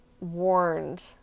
warned